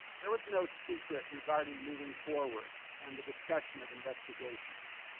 there was no secret regarding moving forward and the discussion of investigation.